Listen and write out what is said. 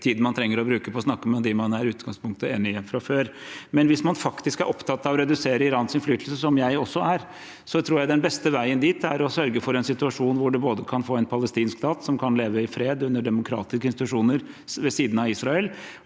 ikke å bruke så mye tid på å snakke med dem man i utgangspunktet er enig med fra før. Hvis man faktisk er opptatt av å redusere Irans innflytelse, som jeg også er, tror jeg den beste veien dit er å sørge for en situasjon hvor vi både kan få en palestinsk stat som kan leve i fred under demokratiske institusjoner, ved siden av Israel,